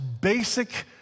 basic